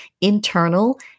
internal